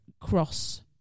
cross